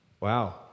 Wow